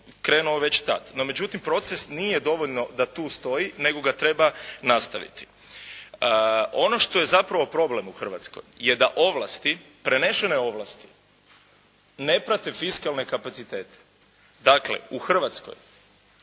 krenuo već tada. No, međutim proces nije dovoljno da tu stoji nego ga treba nastaviti. Ono što je zapravo problem u Hrvatskoj je da ovlasti, prenešene ovlasti ne prate fiskalne kapacitete. Dakle u Hrvatskoj